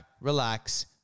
relax